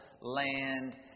land